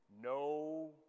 no